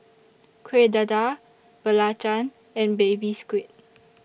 Kueh Dadar Belacan and Baby Squid